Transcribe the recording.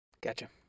gotcha